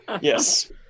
Yes